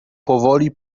powoli